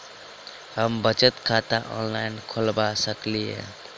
हम बचत खाता ऑनलाइन खोलबा सकलिये?